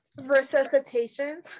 Resuscitation